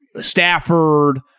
Stafford